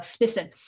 listen